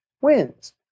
wins